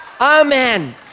Amen